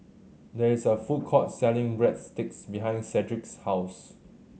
there is a food court selling Breadsticks behind Sedrick's house